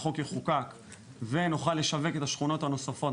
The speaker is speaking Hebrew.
החוק יחוקק ונוכל לשווק את השכונות הנוספות,